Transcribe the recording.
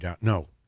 No